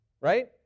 right